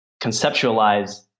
conceptualize